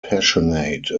passionate